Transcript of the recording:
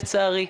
לצערי.